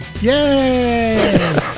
Yay